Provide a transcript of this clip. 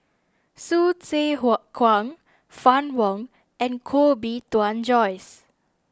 Hsu Tse Kwang Fann Wong and Koh Bee Tuan Joyce